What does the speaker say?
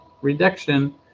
reduction